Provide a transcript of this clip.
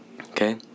Okay